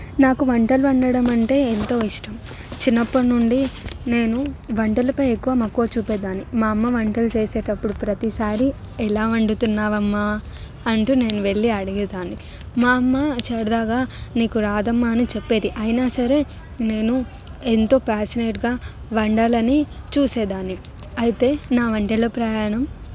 నాకు వంటలు వండడం అంటే ఎంతో ఇష్టం చిన్నప్పటినుండి నేను వంటలపై ఎక్కువ మక్కువవ చూపేదాన్ని మా అమ్మ వంటలు చేసేటప్పుడు ప్రతిసారి ఎలా వండుతున్నావమ్మా అంటూ నేను వెళ్లి అడిగేదాన్ని మా అమ్మ సరదాగా నీకు రాదమ్మ అని చెప్పేది అయినా సరే నేను ఎంతో పాసినేట్గా వండాలని చూసేదాన్ని అయితే నా వంటల్లో ప్రయాణం